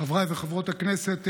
חברי וחברות הכנסת,